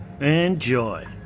Enjoy